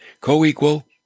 Co-equal